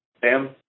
Sam